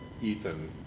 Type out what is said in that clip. Ethan